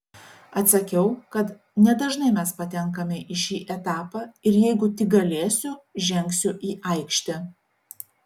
atsakiau kad nedažnai mes patenkame į šį etapą ir jeigu tik galėsiu žengsiu į aikštę